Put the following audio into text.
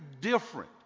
different